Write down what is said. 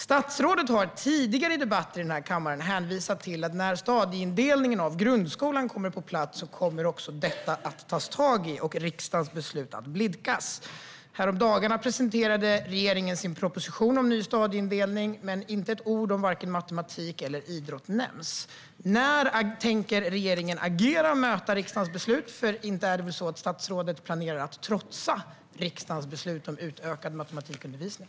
Statsrådet har i tidigare debatter i den här kammaren hänvisat till att när stadieindelningen av grundskolan kommer på plats kommer man att ta tag i detta. Därigenom kommer riksdagens beslut att efterkommas. Häromdagen presenterade regeringen sin proposition om ny stadieindelning, men det nämns inte ett ord om vare sig matematik eller idrott. När tänker regeringen agera och möta riksdagens beslut? Inte planerar väl statsrådet att trotsa riksdagens beslut om utökad matematikundervisning?